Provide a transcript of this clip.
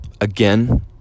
Again